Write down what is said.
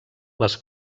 les